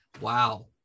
Wow